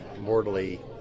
mortally